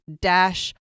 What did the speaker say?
dash